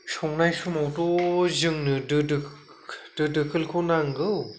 संनाय समावथ' जोंनो दो दो दोखोलखौ नांगौ